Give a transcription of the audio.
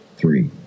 three